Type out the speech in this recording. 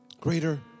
Greater